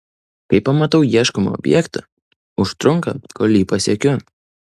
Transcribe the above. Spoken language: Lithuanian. kai pamatau ieškomą objektą užtrunka kol jį pasiekiu